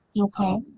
Okay